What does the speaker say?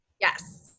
Yes